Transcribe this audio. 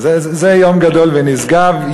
זה יום גדול ונשגב,